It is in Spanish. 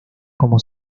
como